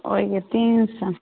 ओहिके तीन सऔ